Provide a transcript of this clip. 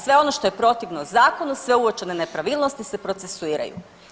Sve ono što je protivno zakonu, sve uočene nepravilnosti se procesuiraju.